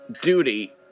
duty